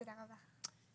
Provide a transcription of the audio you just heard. תודה רבה.